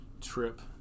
trip